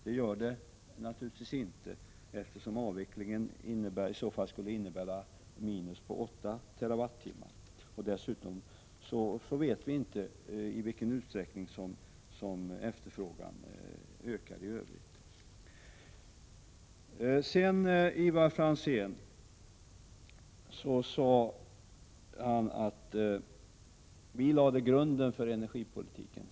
Det gör det naturligtvis inte, eftersom kärnkraftsavvecklingen i så fall skulle innebära ett minus på 8 TWh. I övrigt vet vi dessutom inte i vilken utsträckning som efterfrågan kommer att öka. Ivar Franzén sade: Vi lade grunden för energipolitiken.